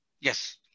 Yes